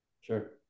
Sure